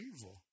evil